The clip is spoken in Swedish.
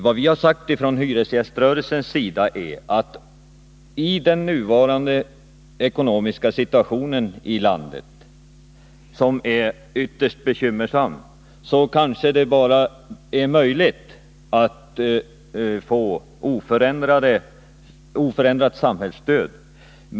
Vad vi har sagt från hyresgäströrelsens sida är att i den nuvarande ekonomiska situationen, som är ytterst bekymmersam, kanske det bara är möjligt att få oförändrat samhällsstöd.